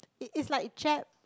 it it's like Jap